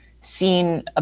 seen